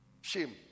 shame